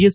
S